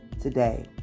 today